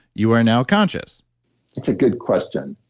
you are now conscious that's a good question.